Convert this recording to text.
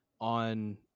on